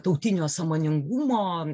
tautinio sąmoningumo